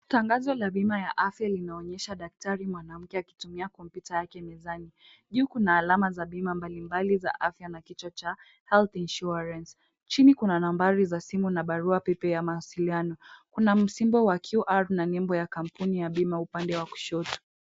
Tangazo la bima ya afya linaonyesha daktari mwanamke akitumia kompyuta yake mezani. Juu kuna alama za bima mbalimbali za afya na kichwa cha health insurance . Chini kuna nambari za simu na barua pepe ya mawasiliano. Kuna msimbo wa QR na nembo ya kampuni ya bima upande wa kushoto.